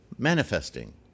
Manifesting